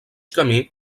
camí